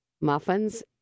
muffins